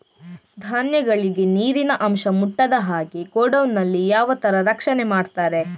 ಧಾನ್ಯಗಳಿಗೆ ನೀರಿನ ಅಂಶ ಮುಟ್ಟದ ಹಾಗೆ ಗೋಡೌನ್ ನಲ್ಲಿ ಯಾವ ತರ ರಕ್ಷಣೆ ಮಾಡ್ತಾರೆ?